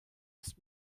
ist